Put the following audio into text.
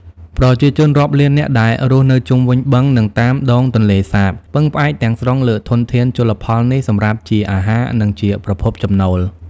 ប្រជាជនរាប់លាននាក់ដែលរស់នៅជុំវិញបឹង និងតាមដងទន្លេសាបពឹងផ្អែកទាំងស្រុងលើធនធានជលផលនេះសម្រាប់ជាអាហារ និងជាប្រភពចំណូល។